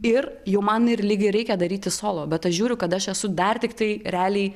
ir jau man ir lyg ir reikia daryti solo bet aš žiūriu kad aš esu dar tiktai realiai